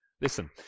Listen